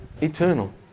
eternal